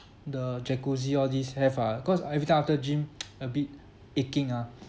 the jacuzzi all this have ah cause I every time after gym a bit aching ah